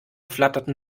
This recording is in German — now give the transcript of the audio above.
flatterten